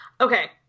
okay